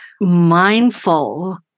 mindful